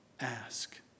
Ask